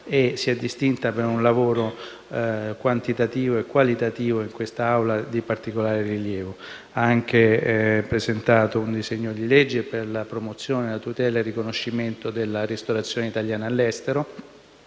e si è distinta per un lavoro quantitativo e qualitativo in quest'Aula di particolare rilievo. Ha anche presentato un disegno di legge per la promozione, la tutela e il riconoscimento della ristorazione italiana all'estero,